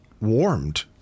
warmed